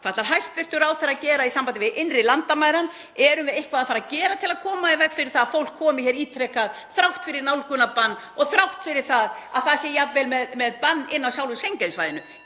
ætlar hæstv. ráðherra að gera í sambandi við innri landamærin? Erum við eitthvað að fara að gera til að koma í veg fyrir að fólk komi hér ítrekað þrátt fyrir nálgunarbann og þrátt fyrir að það sé jafnvel með bann inni á sjálfu Schengen-svæðinu?